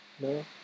No